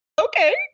Okay